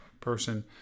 person